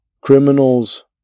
Criminals